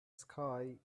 sky